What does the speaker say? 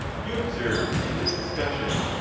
you observe in this discussion,